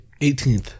18th